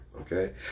Okay